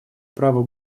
право